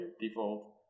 default